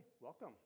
welcome